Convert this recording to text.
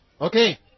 Okay